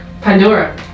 Pandora